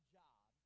job